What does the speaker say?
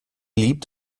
liebt